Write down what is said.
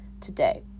today